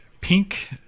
pink